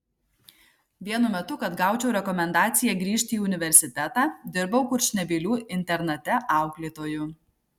vienu metu kad gaučiau rekomendaciją grįžti į universitetą dirbau kurčnebylių internate auklėtoju